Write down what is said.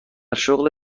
شغل